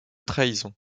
trahison